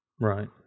Right